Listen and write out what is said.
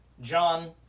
John